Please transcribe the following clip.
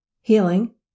healing